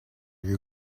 you